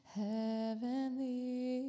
heavenly